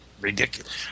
ridiculous